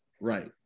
right